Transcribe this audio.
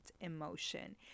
emotion